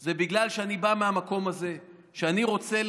זה בגלל שאני בא מהמקום הזה שאני רוצה,